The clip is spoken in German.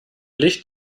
licht